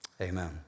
Amen